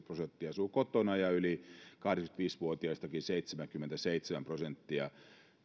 prosenttia asuu kotona ja yli kahdeksankymmentäviisi vuotiaistakin seitsemänkymmentäseitsemän prosenttia